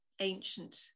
ancient